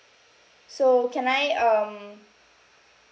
so can I um